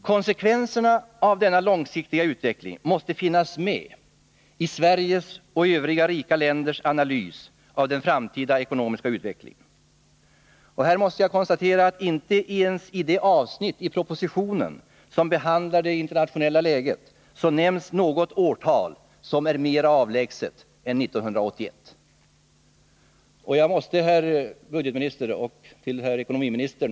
Konsekvenserna av denna långsiktiga utveckling måste finnas med i Sveriges och övriga rika länders analys av den framtida ekonomiska utvecklingen. Här måste jag tyvärr konstatera att det inte ens i det avsnitt i propositionen som behandlar det internationella läget nämns något årtal ; mera avlägset än 1981. Detta är en brist, herr budgetminister och herr ekonomiminister.